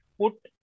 put